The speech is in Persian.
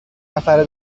نفره